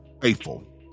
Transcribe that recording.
faithful